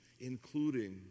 including